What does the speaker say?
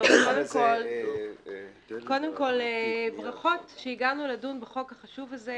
קודם כול, ברכות שהגענו לדון בחוק החשוב הזה.